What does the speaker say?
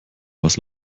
was